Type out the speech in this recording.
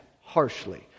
harshly